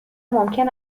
ممکن